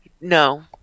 no